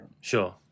Sure